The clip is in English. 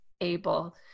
able